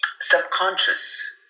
subconscious